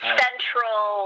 central